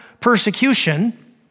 persecution